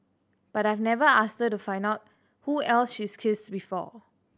but I've never asked her to find out who else she's kissed before